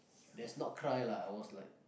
that's not cry lah I was like